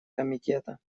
комитета